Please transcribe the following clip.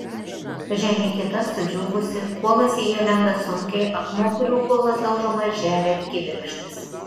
žemė kieta sudžiūvusi kuolas į ją lenda sunkiai akmuo kuriuo kuolas daužomas žeria kibirkštis